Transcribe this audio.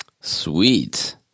Sweet